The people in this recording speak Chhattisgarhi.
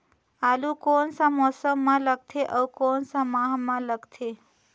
आलू कोन सा मौसम मां लगथे अउ कोन सा माह मां लगथे?